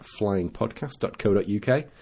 flyingpodcast.co.uk